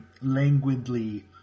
languidly